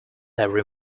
every